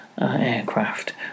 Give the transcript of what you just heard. aircraft